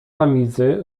tamizy